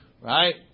right